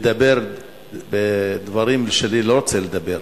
לדבר דברים שאני לא רוצה לדבר.